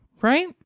right